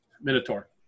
minotaur